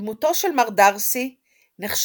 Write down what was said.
דמותו של מר דארסי נחשבת